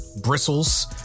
bristles